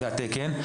זה התקן,